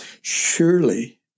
surely